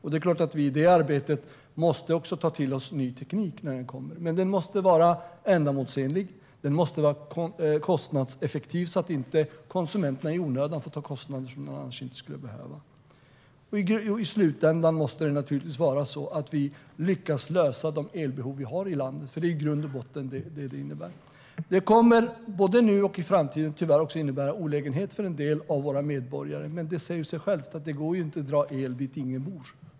I det arbetet måste vi såklart också ta till oss ny teknik när den kommer. Men den måste vara ändamålsenlig och kostnadseffektiv så att inte konsumenterna får ta kostnader i onödan. I slutändan måste vi lyckas lösa de elbehov vi har i landet, för det är i grund och botten vad detta innebär. Det kommer både nu och i framtiden tyvärr också att innebära olägenhet för en del av våra medborgare, men det säger sig självt att det inte går att dra el till ställen där ingen bor.